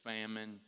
famine